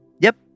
Yep